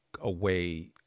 away